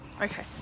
okay